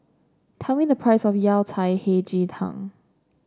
tell me the price of Yao Cai Hei Ji Tang